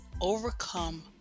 overcome